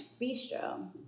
bistro